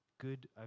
Good